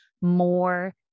more